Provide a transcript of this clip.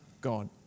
God